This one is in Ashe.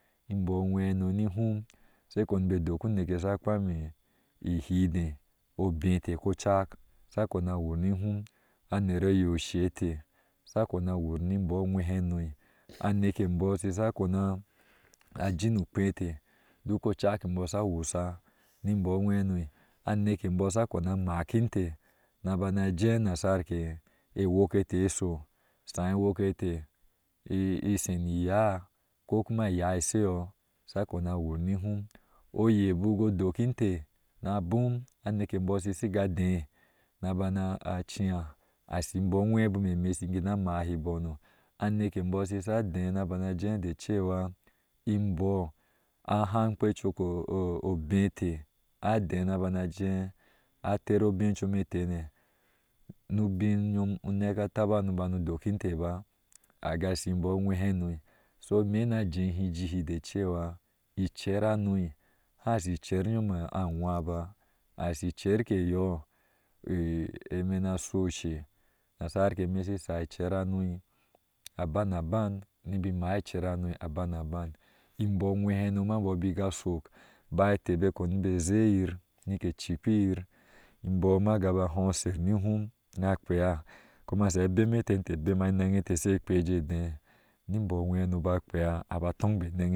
Ebɔɔ anwehano nihum she kpeni adokibo uneke eye sha kpami inidee obee then kocak sha kpena wur ni hum aner oye oshe eteh sha kpena wur ni mbɔɔ ajwe hanoi aneke mboo shisha kpena, jiin ukpiin eteh duk ocak mbɔɔ sha wusha nimbɔɔ a nwe hano, aneke bɔɔsha kpena ma'ak inteh na kpen jɛɛ nasar ke wor eteh shi shoo, shaha wor eteh ishoni yaa, kokuma iyaa isheyo sha kpenawur ni ihum oye biko dok inteh na abom anek bɔɔ shika dɛɛ na bana chiaa ashi mbɔɔ aŋwe me ime shi kina maai no, anekebɔɔ shisha dee na ban jɛɛ da cewa imbɔɔ a hankpe coko bee teh na bana jɛɛ atere obee come teh ne nu ubiŋ ŋyom uneke taba no doki inteh ba nga shi bɔɔ agweheno sho ime na jehi ijii de cewa icer hano, hashi icer nyoina agwa baa ashi icer eyoh eme na shii oshe nasar keme shishaai icer hano abana ban nimbi maa icer hano abana ban. mbɔɔ a ŋwehano mbɔɔ bika shok baya eteh, be zeeyir ne cikkpiyir mbɔɔ na kaba hɔɔsher ni hum na kpiia kuma sha beme teh, te bema ni enaŋ eteh iekpɛɛ jɛɛ dɛɛ nim bɔɔ a ŋwe hano ba kpiaa aba tonbe neŋ.